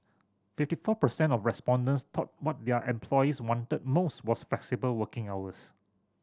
fifty four percent of respondents thought what their employees wanted most was flexible working hours